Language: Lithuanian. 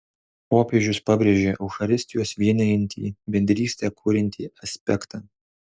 popiežius pabrėžia eucharistijos vienijantį bendrystę kuriantį aspektą